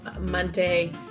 Monday